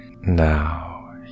now